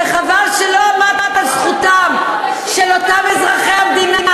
וחבל שלא עמדת על זכותם של אותם אזרחי המדינה